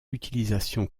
utilisation